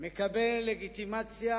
מקבל לגיטימציה